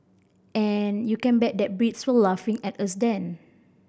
and you can bet that Brits were laughing at us then